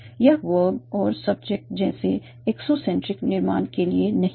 यह वर्ब और सब्जेक्ट जैसे एक्सोसेंट्रिक निर्माण के लिए नहीं है